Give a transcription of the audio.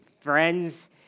friends